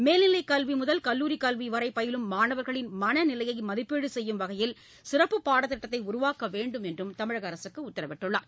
மேல்நிலைக் கல்விமுதல் கல்லூரிக் கல்விவரைபயிலும் மாணவர்களின் மனநிலையமதிப்பீடுசெய்யும் வகையில் சிறப்புப் பாடத் திட்டத்தைஉருவாக்கவேண்டும் என்றுதமிழகஅரசுஉத்தரவிட்டார்